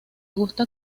gusta